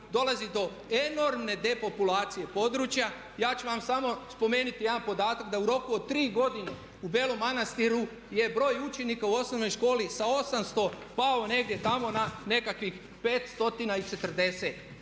Dolazi do enormne depopulacije područja. Ja ću vam samo spomenuti jedan podatak da u roku od tri godine u Belom Manastiru je broj učenika u osnovnoj školi sa 800 pao negdje tamo na nekakvih 540.